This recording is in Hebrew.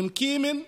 אל-מכימן,